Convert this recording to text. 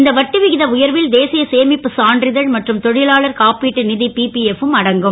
இந்த வட்டி விகித உயர்வில் தேசிய சேமிப்புச் சான்றித மற்றும் தொ லாளர் காப்பீட்டு பிபிஎஃப் ம் அடங்கும்